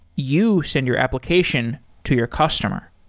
you send your application to your customer